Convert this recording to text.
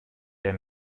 der